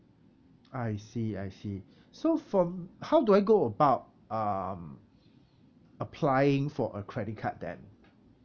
I see I see so for how do I go about um applying for a credit card then